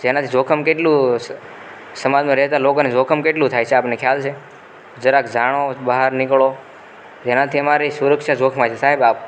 જેનાથી જોખમ કેટલું સમાજમાં રહેતાં લોકોને જોખમ કેટલું થાય છે આપને ખ્યાલ છે જરાક જાણો બહાર નીકળો જેનાથી અમારી સુરક્ષા જોખમાય છે સાહેબ આપ